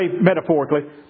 metaphorically